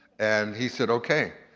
and he said, okay.